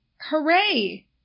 hooray